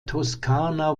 toskana